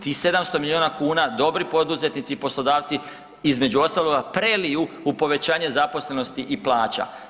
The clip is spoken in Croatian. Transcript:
Tih 700 milijuna kuna dobri poduzetnici i poslodavci između ostaloga preliju u povećanje zaposlenosti i plaća.